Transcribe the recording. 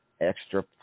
extra